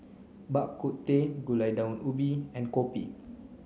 Bak Kut Teh Gulai Daun Ubi and Kopi